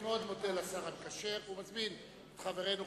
אני מאוד מודה לשר המקשר ומזמין את חברנו,